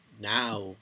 now